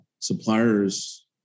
suppliers